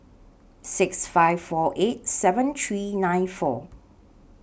six five four eight seven three nine four